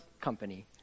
company